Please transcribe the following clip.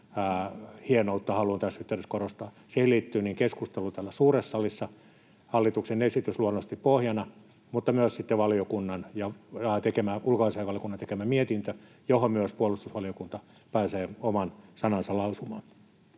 hienoutta haluan tässä yhteydessä korostaa. Siihen liittyvät niin keskustelu täällä suuressa salissa, hallituksen esitys luonnollisesti pohjana, mutta myös sitten ulkoasiainvaliokunnan tekemä mietintö, johon myös puolustusvaliokunta pääsee oman sanansa lausumaan,